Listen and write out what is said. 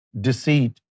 deceit